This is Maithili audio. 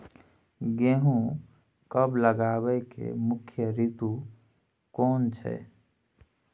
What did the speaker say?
गेहूं कब लगाबै के मुख्य रीतु केना छै?